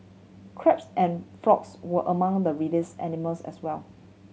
crabs and frogs were among the released animals as well